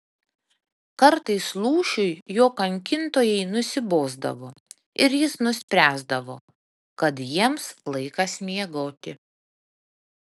kartais lūšiui jo kankintojai nusibosdavo ir jis nuspręsdavo kad jiems laikas miegoti